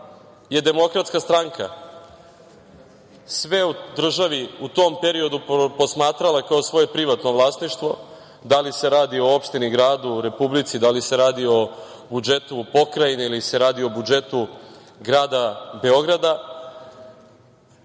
je Demokratska stranka sve u državi u tom periodu posmatrala kao svoje privatno vlasništvo, da li se radi o opštini, gradu, republici, da li se radi o budžetu pokrajine ili se radi o budžetu grada Beograda,